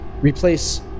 Replace